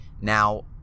Now